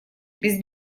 без